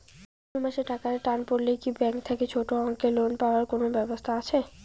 কুনো মাসে টাকার টান পড়লে কি ব্যাংক থাকি ছোটো অঙ্কের লোন পাবার কুনো ব্যাবস্থা আছে?